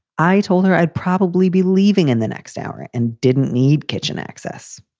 i told her i'd probably be leaving in the next hour and didn't need kitchen access.